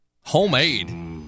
Homemade